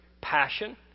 passion